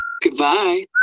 Goodbye